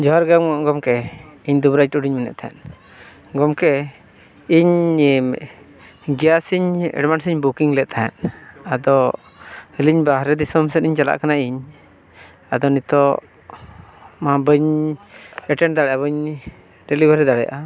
ᱡᱚᱦᱟᱨ ᱜᱮ ᱜᱚᱢᱠᱮ ᱤᱧ ᱫᱩᱵᱨᱟᱡᱽ ᱴᱩᱰᱩᱧ ᱢᱮᱱᱮᱫ ᱛᱟᱦᱮᱸ ᱜᱚᱢᱠᱮ ᱤᱧ ᱜᱮᱥ ᱤᱧ ᱮᱰᱵᱷᱟᱱᱥ ᱤᱧ ᱵᱩᱠᱤᱧ ᱞᱮᱫ ᱛᱟᱦᱮᱸᱜ ᱟᱫᱚ ᱟᱹᱞᱤᱧ ᱵᱟᱦᱨᱮ ᱫᱤᱥᱚᱢ ᱥᱮᱫ ᱞᱤᱧ ᱪᱟᱞᱟᱜ ᱠᱟᱱᱟᱭᱤᱧ ᱟᱫᱚ ᱱᱤᱛᱚᱜ ᱢᱟ ᱵᱟᱹᱧ ᱮᱴᱮᱱ ᱫᱟᱲᱮᱭᱟᱜᱼᱟ ᱵᱟᱹᱧ ᱰᱮᱞᱤᱵᱷᱟᱨᱤ ᱫᱟᱲᱮᱭᱟᱜᱼᱟ